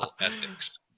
ethics